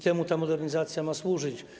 Temu ta modernizacja ma służyć.